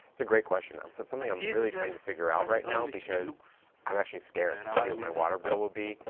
it's a great question. so it's something i'm really trying to figure out right now because i'm actually scared to see what my water bill will be.